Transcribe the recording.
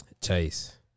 Chase